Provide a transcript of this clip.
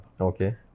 Okay